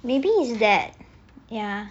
maybe it's that ya